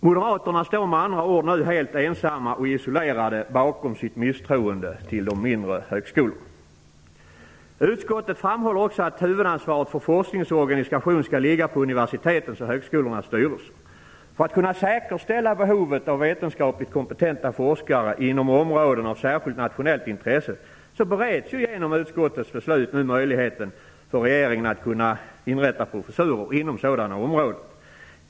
Moderaterna står nu helt ensamma och isolerade bakom sitt misstroende till dessa högskolor. Utskottet framhåller att huvudansvaret för forskningens organisation skall ligga på universitetens och högskolornas styrelser. För att kunna säkerställa behovet av vetenskapligt kompetenta forskare inom områden av särskilt nationellt intresse bereds genom utskottets förslag nu möjligheten för regeringen att inrätta professurer inom sådana områden.